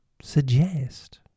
suggest